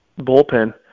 bullpen